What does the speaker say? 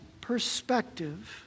perspective